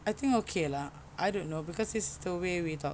I think okay lah I don't know cause this the way we talk